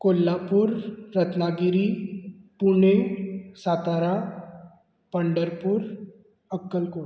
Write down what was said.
Kolhapur Ratnagiri Pune Satara Pandharpur Akkalkot